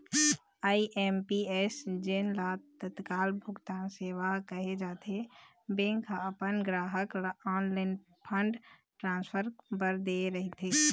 IMPS जेन ल तत्काल भुगतान सेवा कहे जाथे, बैंक ह अपन गराहक ल ऑनलाईन फंड ट्रांसफर बर दे रहिथे